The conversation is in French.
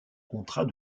contrat